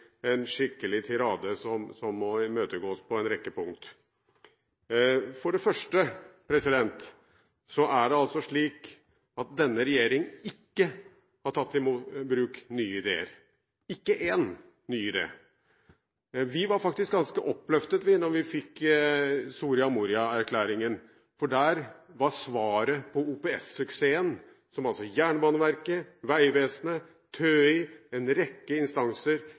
en skikkelig tirade, som må imøtegås på en rekke punkter. For det første er det slik at denne regjering ikke har tatt i bruk nye ideer – ikke én ny idé. Vi var faktisk ganske oppløftet da vi fikk Soria Moria-erklæringen, for der var svaret på OPS-suksessen, som altså Jernbaneverket, Vegvesenet, TØI – en rekke instanser